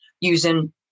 using